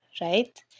right